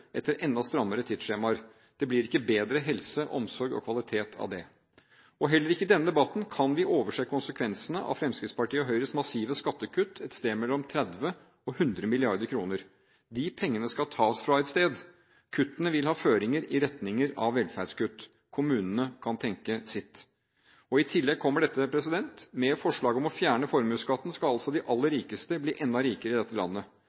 etter enda strammere tidsskjemaer. Det blir ikke bedre helse, omsorg og kvalitet av det. Heller ikke i denne debatten kan vi overse konsekvensene av Fremskrittspartiet og Høyres massive skattekutt på et sted mellom 30 mrd. kr og 100 mrd. kr. De pengene skal tas fra et sted. Kuttene vil ha føringer i retning av velferdskutt. Kommunene kan tenke sitt. I tillegg kommer forslaget om å fjerne formuesskatten, slik at de aller rikeste skal bli enda rikere i dette landet.